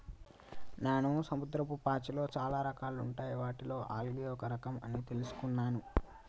నాను సముద్రపు పాచిలో చాలా రకాలుంటాయి వాటిలో ఆల్గే ఒక రఖం అని తెలుసుకున్నాను